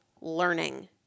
learning